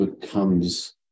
becomes